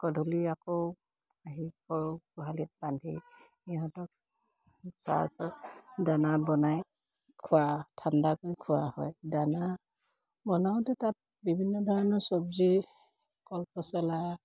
গধূলি আকৌ আহি গৰুক গোহালিত বান্ধি সিহঁতক দানা বনাই খোৱা ঠাণ্ডা কৰি খোৱা হয় দানা বনাওঁতে তাত বিভিন্ন ধৰণৰ চব্জি কল পচলা